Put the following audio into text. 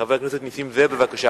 חבר הכנסת נסים זאב, בבקשה,